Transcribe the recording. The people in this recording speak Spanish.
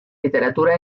literatura